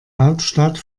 hauptstadt